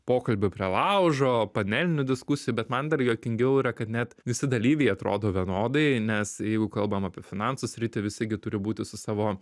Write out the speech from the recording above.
pokalbių prie laužo panelinių diskusijų man dar juokingiau yra kad net visi dalyviai atrodo vienodai nes jeigu kalbam apie finansų sritį visi gi turi būti su savo